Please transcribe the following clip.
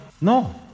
No